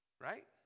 Right